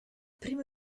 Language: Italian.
primo